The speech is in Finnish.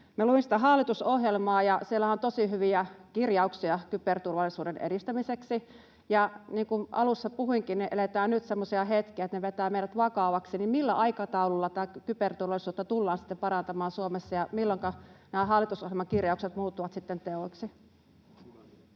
Luin hallitusohjelmaa, ja siellähän on tosi hyviä kirjauksia kyberturvallisuuden edistämiseksi. Niin kuin alussa puhuinkin, nyt eletään semmoisia hetkiä, että ne vetävät meidät vakaviksi. Millä aikataululla kyberturvallisuutta tullaan sitten parantamaan Suomessa, ja milloinka nämä hallitusohjelman kirjaukset muuttuvat teoiksi?